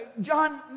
John